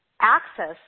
access